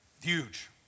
huge